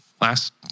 last